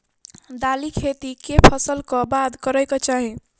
दालि खेती केँ फसल कऽ बाद करै कऽ चाहि?